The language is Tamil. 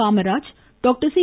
Kamaraj doctor C